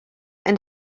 and